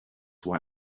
why